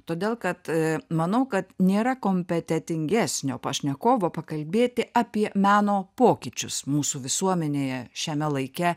todėl kad manau kad nėra kompetentingesnio pašnekovo pakalbėti apie meno pokyčius mūsų visuomenėje šiame laike